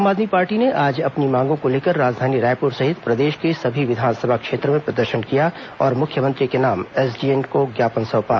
आम आदमी पार्टी ने आज अपनी मांगों को लेकर राजधानी रायपुर सहित प्रदेश के सभी विधानसभा क्षेत्रों में प्रदर्शन किया और मुख्यमंत्री के नाम एसडीएम को ज्ञापन सौंपा